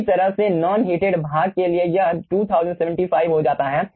पूरी तरह से नॉन हीटेड भाग के लिए यह 2075 हो जाता है